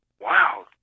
wow